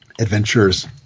adventures